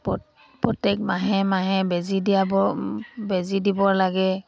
প্ৰত্যেক মাহে মাহে বেজী দিয়াব বেজী দিব লাগে